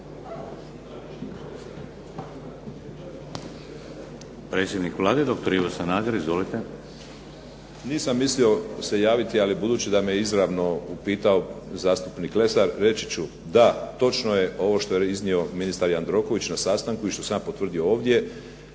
Predsjednik Vlade, doktor Ivo Sanader. Izvolite. **Sanader, Ivo (HDZ)** Nisam mislio se javiti, ali budući da me izravno upitao zastupnik Lesar, reći ću. Da, točno je ovo što je iznio ministar Jandroković na sastanku i što sam ja potvrdio ovdje.